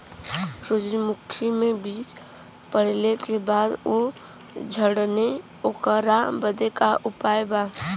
सुरजमुखी मे बीज पड़ले के बाद ऊ झंडेन ओकरा बदे का उपाय बा?